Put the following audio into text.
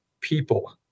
people